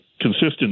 consistent